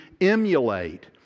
emulate